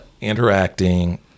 interacting